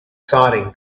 exciting